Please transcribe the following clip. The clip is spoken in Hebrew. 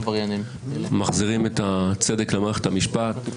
מחזירים את הצדק למערכת המשפט.